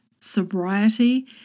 sobriety